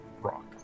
rock